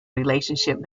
relationship